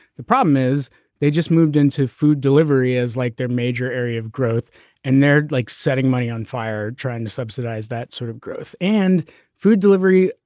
the problem is they just moved into food delivery is like their major area of growth and they're like setting money on fire trying to subsidize that sort of growth and food delivery.